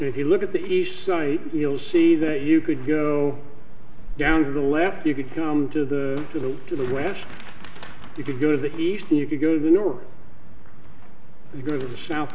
if you look at the each site you'll see that you could go down to the left you could come to the to the to the grass you could go to the east or you could go to the north you go to the south